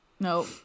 No